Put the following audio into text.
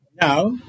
Now